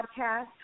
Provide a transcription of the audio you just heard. podcast